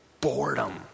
boredom